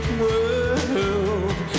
world